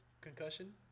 concussion